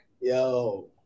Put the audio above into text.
Yo